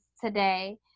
today